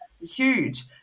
huge